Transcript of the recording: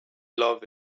love